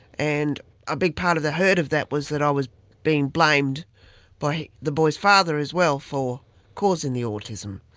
and a big part of the hurt of that was that i was being blamed by the boys' father as well for causing the autism.